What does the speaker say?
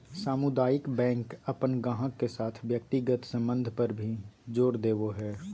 सामुदायिक बैंक अपन गाहक के साथ व्यक्तिगत संबंध पर भी जोर देवो हय